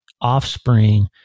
offspring